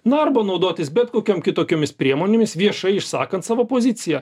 na arba naudotis bet kokiom kitokiomis priemonėmis viešai išsakant savo poziciją